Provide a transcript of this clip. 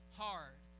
hard